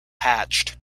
hatched